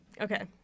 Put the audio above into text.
Okay